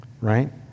Right